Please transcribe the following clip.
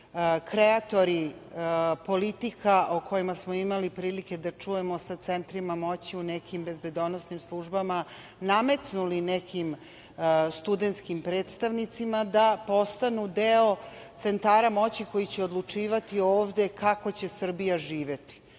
kreatori politika o kojima smo imali prilike da čujemo sa centrima moći u nekim bezbednosnim službama nametnuli nekim studenskim predstavnicima da postanu deo centara moći koji će odlučivati ovde kako će Srbija živeti,